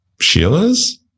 Sheila's